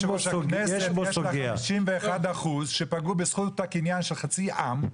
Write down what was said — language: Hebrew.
יש כאן חמישים ואחד אחוז שפגעו בזכות הקניין של חצי עם,